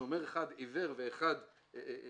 שכששומר אחד עיוור ואחד